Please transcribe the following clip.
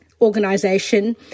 organization